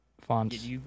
Fonts